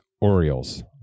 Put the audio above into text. Orioles